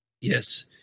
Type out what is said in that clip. Yes